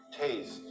taste